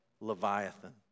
Leviathan